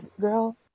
girl